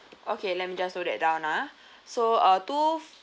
okay let me just note that down ah so uh two f~